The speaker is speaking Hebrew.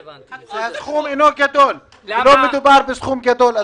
אדוני היושב-ראש, לא מדובר בסכום גדול.